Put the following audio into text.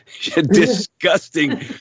disgusting